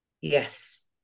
Yes